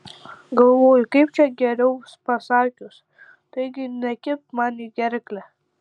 galvoju kaip čia geriau pasakius taigi nekibk man į gerklę